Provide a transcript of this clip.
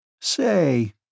Say